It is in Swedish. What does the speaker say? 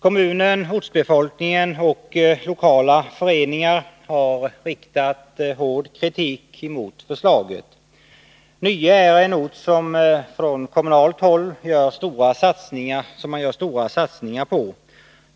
Kommunen, ortsbefolkningen och lokala föreningar har riktat hård kritik mot förslaget om en indragning av postkontoret. Nye är en ort som man från kommunalt håll gör stora satsningar på.